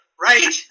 right